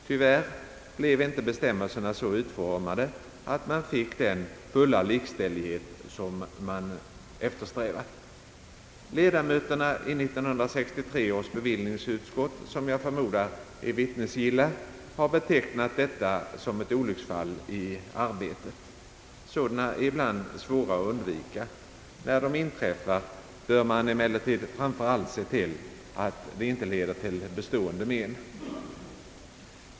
Tyvärr blev inte bestämmelserna så utformade att man fick den fulla likställighet som man eftersträvat. Ledamöter i 1963 års bevillningsutskott, som jag förmodar är vittnesgilla, har betecknat detta som ett olycksfall i arbetet. Sådana är ibland svåra att undvika. När de inträffar bör man emellertid framför allt se till att de inte leder till bestående men.